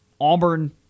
Auburn